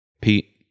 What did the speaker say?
Pete